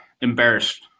embarrassed